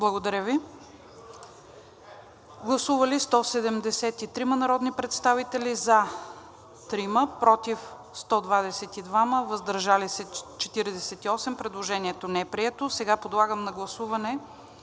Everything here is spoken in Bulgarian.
отхвърлен. Гласували 173 народни представители: за 3, против 122, въздържали се 48. Предложението не е прието. Сега подлагам на гласуване